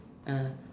ah